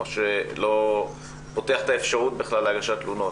או שלא פותח בכלל את האפשרות להגשת תלונות.